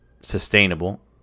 sustainable